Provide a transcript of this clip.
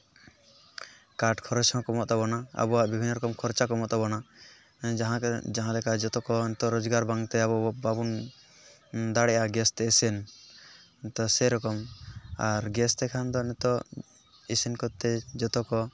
ᱠᱟᱴ ᱠᱷᱚᱨᱚᱪ ᱦᱚᱸ ᱠᱚᱢᱚᱜ ᱛᱟᱵᱚᱱᱟ ᱟᱵᱚᱣᱟᱜ ᱵᱤᱵᱷᱤᱱᱱᱚ ᱨᱚᱠᱚᱢ ᱠᱷᱚᱨᱪᱟ ᱠᱚᱢᱚᱜ ᱛᱟᱵᱚᱱᱟ ᱡᱟᱦᱟᱸ ᱛᱮ ᱡᱟᱦᱟᱸᱞᱮᱠᱟ ᱡᱚᱛᱚ ᱠᱚ ᱱᱤᱛᱳᱜ ᱨᱳᱡᱽᱜᱟᱨ ᱵᱟᱝᱛᱮ ᱟᱵᱚ ᱵᱟᱵᱚᱱ ᱫᱟᱲᱮᱭᱟᱜᱼᱟ ᱜᱮᱥ ᱛᱮ ᱤᱥᱤᱱ ᱛᱚ ᱥᱮ ᱨᱚᱠᱚᱢ ᱟᱨ ᱜᱮᱥ ᱛᱮᱠᱷᱟᱱ ᱫᱚ ᱱᱤᱛᱳᱜ ᱤᱥᱤᱱ ᱠᱚᱛᱛᱮ ᱡᱚᱛᱚ ᱠᱚ